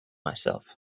myself